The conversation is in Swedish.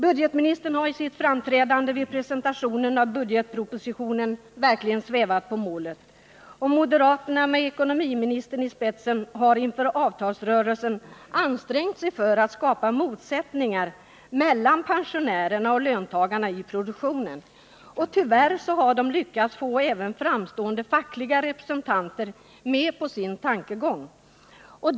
Budgetministern har i sitt framträdande vid presentationen av budgetpropositionen verkligen svävat på målet, och moderaterna med ekonomiministern i spetsen har inför avtalsrörelsen ansträngt sig för att skapa motsättningar mellan pensionärerna och löntagarna i produktionen. Tyvärr har de lyckats att få även framstående fackliga representanter med på sin tankegång.